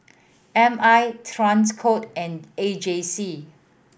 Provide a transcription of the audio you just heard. M I Transcom and A J C